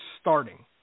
starting